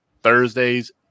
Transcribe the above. thursdays